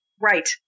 Right